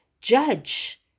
judge